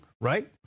right